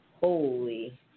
Holy